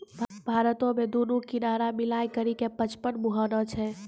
भारतो मे दुनू किनारा मिलाय करि के पचपन मुहाना छै